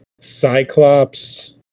Cyclops